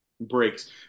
breaks